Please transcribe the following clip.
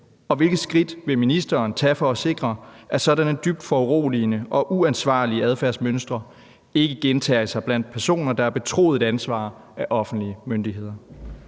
og hvilke skridt ministeren vil tage for at sikre, at sådanne dybt foruroligende og uansvarlige adfærdsmønstre ikke gentager sig blandt personer, der er betroet et ansvar af offentlige myndigheder?